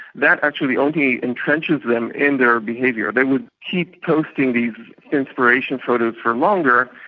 that actually only entrenches them in their behaviour. they would keep posting these inspiration photos for longer,